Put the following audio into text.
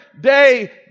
day